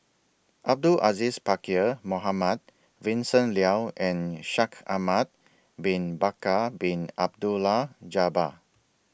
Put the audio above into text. Abdul Aziz Pakkeer Mohamed Vincent Leow and Shaikh Ahmad Bin Bakar Bin Abdullah Jabbar